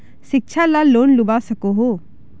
शिक्षा ला लोन लुबा सकोहो?